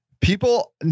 people